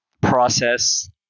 process